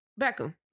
Beckham